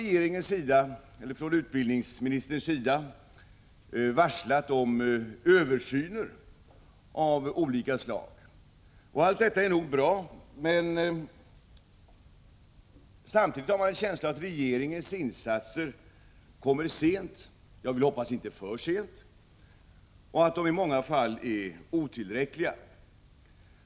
Utbildningsministern har varslat om översyner av olika slag. Allt detta är nog bra, men samtidigt har man en känsla av att regeringens insatser kommer sent — jag vill hoppas inte för sent — och att de i många fall är otillräckliga.